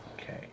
okay